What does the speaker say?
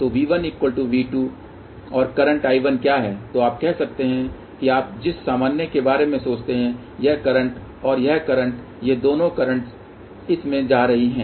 तो V1V2 और current I1 क्या है तो आप कह सकते हैं कि आप जिस सामान्य के बारे में सोचते हैं यह करंट और यह करंट ये दोनो कर्रेंटस इस में जा रही हैं